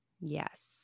Yes